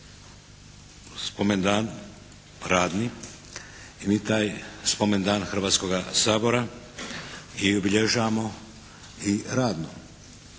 spomen dan radni i mi taj spomen dan Hrvatskoga sabora i obilježavamo i radno.